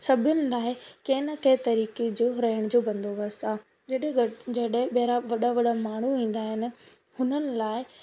सभिनि लाइ कंहिं न कंहिं तरीक़े जो रहण जो बंदोबस्तु आहे जॾहिं गॾु जॾहिं ॿाहिरां वॾा वॾा माण्हू ईंदा आहिनि हुननि लाइ